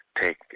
take